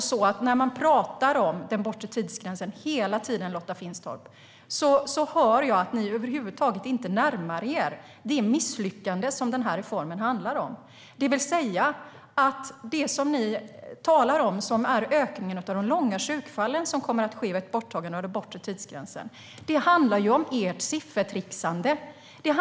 När ni pratar om den bortre tidsgränsen, Lotta Finstorp, hör jag att ni över huvud taget inte närmar er det misslyckande som den här reformen handlar om. Ni talar om att det kommer att ske en ökning av de långa sjukfallen vid ett borttagande av den bortre tidsgränsen. Det handlar ju om ert siffertrixande.